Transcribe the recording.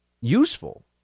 useful